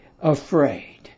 afraid